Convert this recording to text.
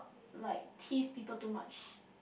like tease people too much